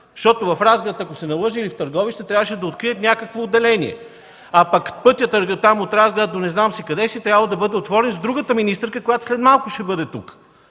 Защото в Разград, ако не се лъжа, или в Търговище, трябваше да открият някакво отделение. А пък пътят оттам – от Разград до не знам къде си, трябва да бъде отворен с другата министърка, която след малко ще бъде тук.